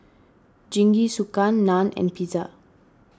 Jingisukan Naan and Pizza